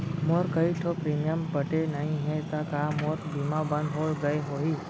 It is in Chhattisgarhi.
मोर कई ठो प्रीमियम पटे नई हे ता का मोर बीमा बंद हो गए होही?